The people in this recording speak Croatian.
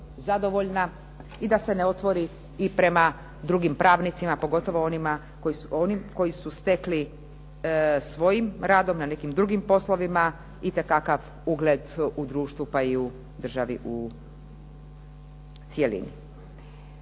samozadovoljna i da se ne otvori prema drugim pravnicima, pogotovo onima koji su stekli svojim radom na nekim drugim poslovima itekakav ugleda u društvu, pa i u državi u cjelini.